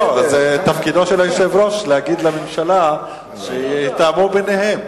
תפקידו של היושב-ראש להגיד לממשלה שיתאמו ביניהם.